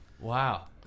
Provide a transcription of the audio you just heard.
wow